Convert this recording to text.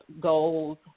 goals